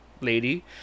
lady